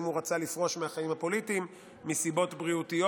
אם הוא רצה לפרוש מהחיים הפוליטיים מסיבות בריאותיות,